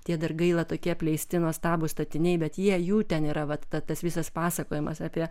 tie dar gaila tokie apleisti nuostabūs statiniai bet jie jų ten yra vat tas visas pasakojimas apie